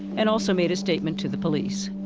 and also made a statement to the police.